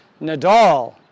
Nadal